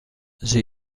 sie